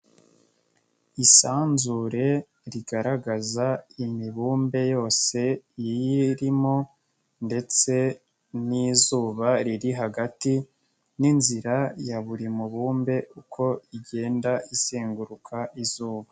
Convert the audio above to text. Isanzure rigaragaza imibumbe yose riyirimo ndetse n'izuba riri hagati, n'inzira ya buri mu bumbe uko igenda izenguruka izuba.